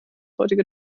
heutige